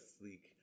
sleek